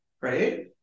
right